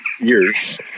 years